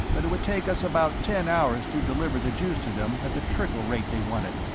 but it would take us about ten hours to deliver the juice to them at the trickle rate they wanted.